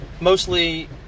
Mostly